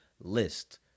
list